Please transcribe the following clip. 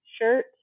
shirt